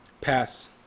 pass